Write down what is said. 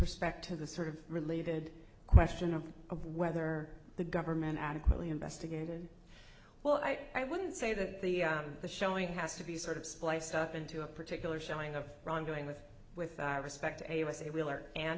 respect to the sort of related question of whether the government adequately investigated well i i wouldn't say that the the showing has to be sort of sliced up into a particular showing of wrongdoing with with respect to a was a real or and